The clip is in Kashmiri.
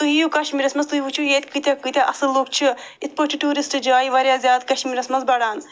تُہۍ یِیِو کشمیٖرس منٛز تُہۍ وٕچھِو ییٚتہِ کۭتیٛاہ کۭتیٛاہ اصٕل لُکھ چھِ یِتھ پٲٹھۍ چھُ ٹوٗرسٹ جایہِ وارِیاہ زیادٕ کشمیٖرس منٛز بَڑان